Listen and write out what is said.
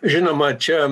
žinoma čia